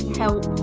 help